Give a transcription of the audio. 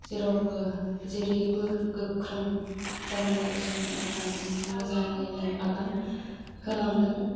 जेरावबो जेरैबो गोख्रों जालांगासिनो आगान मोजाङैनो आगान होलांदों